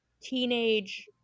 teenage